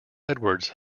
edwards